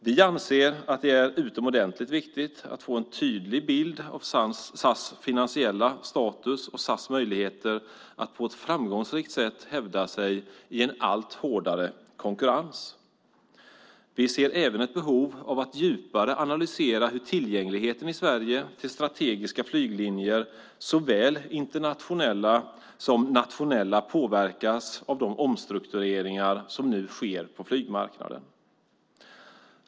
Vi anser att det är utomordentligt viktigt att få en tydlig bild av SAS finansiella status och SAS möjligheter att på ett framgångsrikt sätt hävda sig i en allt hårdare konkurrens. Vi ser även ett behov av att djupare analysera hur tillgängligheten i Sverige till strategiska flyglinjer, såväl internationella som nationella, påverkas av de omstruktureringar som nu sker på flygmarknaden.